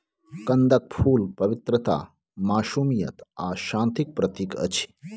कंदक फुल पवित्रता, मासूमियत आ शांतिक प्रतीक अछि